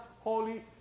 Holy